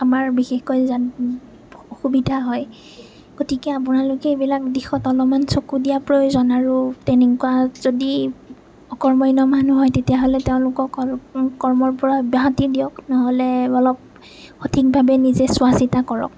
আমাৰ বিশেষকৈ অসুবিধা হয় গতিকে আপোনালোকে এইবিলাক দিশত অলপমান চকু দিয়াৰ প্ৰয়োজন আৰু তেনেকুৱা যদি অকৰ্মণ্য মানুহ হয় তেতিয়াহ'লে তেওঁলোকক কৰ্মৰ পৰা অব্যাহতি দিয়ক নহ'লে অলপ সঠিকভাৱে নিজে চোৱা চিতা কৰক